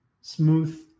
smooth